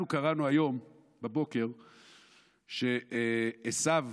קראנו הבוקר שעשיו